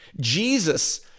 Jesus